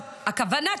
הכוונה טובה,